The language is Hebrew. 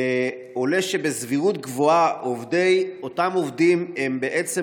עולה שבסבירות גבוהה אותם עובדים בעצם